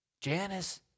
Janice